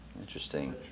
Interesting